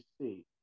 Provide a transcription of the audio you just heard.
see